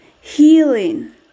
healing